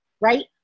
right